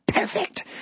perfect